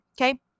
okay